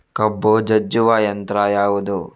ಕಬ್ಬು ಜಜ್ಜುವ ಯಂತ್ರ ಯಾವುದು?